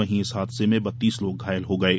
वहीं इस हादसे में बत्तीस लोग घायल हो गये